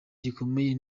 zikomeye